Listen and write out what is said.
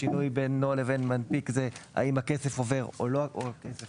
השינוי בינו לבין מנפיק היא בשאלה: האם הכסף עובר או לא עובר.